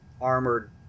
armored